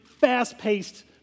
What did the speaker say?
fast-paced